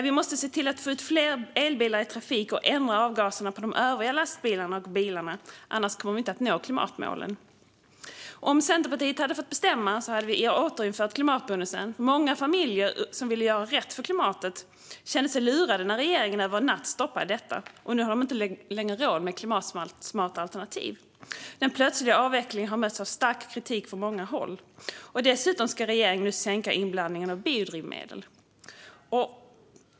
Vi måste se till att få ut fler elbilar i trafik och ändra avgaserna från de övriga lastbilarna och bilarna. Annars kommer vi inte att nå klimatmålen. Om Centerpartiet hade fått bestämma hade vi återinfört klimatbonusen. Många familjer som vill göra rätt för klimatet kände sig lurade när regeringen över en natt stoppade detta. Och nu har de inte längre råd med klimatsmarta alternativ. Den plötsliga avvecklingen har mötts av stark kritik från många håll. Dessutom ska regeringen nu sänka inblandningen av biodrivmedel.